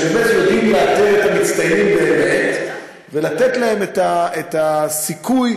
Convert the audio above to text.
שיודעים לאתר את המצטיינים באמת ולתת להם את הסיכוי